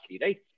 right